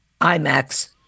IMAX